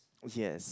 yes